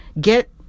get